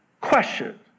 question